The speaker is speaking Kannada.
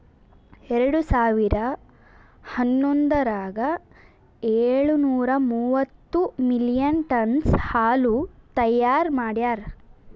ಎರಡು ಸಾವಿರಾ ಹನ್ನೊಂದರಾಗ ಏಳು ನೂರಾ ಮೂವತ್ತು ಮಿಲಿಯನ್ ಟನ್ನ್ಸ್ ಹಾಲು ತೈಯಾರ್ ಮಾಡ್ಯಾರ್